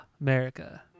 America